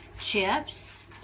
chips